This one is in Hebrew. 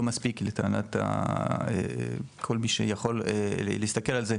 מספיק לטענת כל מי שיכול להסתכל על זה,